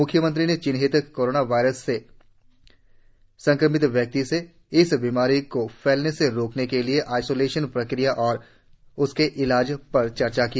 म्ख्यमंत्री ने चिन्हित कोरोना वायरस से संक्रमित व्यक्ति से इस बीमारी को फैलने से रोकने के लिए आईसोलेशन प्रक्रिया और उसके इलाज पर चर्चा की